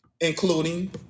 including